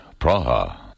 Praha